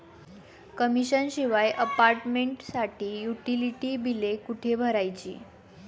Commission शिवाय अपार्टमेंटसाठी utility बिले कुठे भरायची?